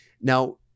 Now